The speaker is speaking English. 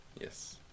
Yes